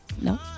No